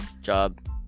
job